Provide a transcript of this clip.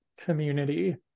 community